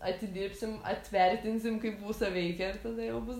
atidirbsim atvertinsim kaip vusa veikia ir tada jau bus